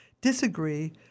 disagree